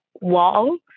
wall